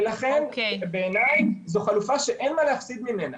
ולכן בעיניי זו חלופה שאין מה להפסיד ממנה.